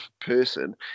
person